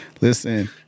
Listen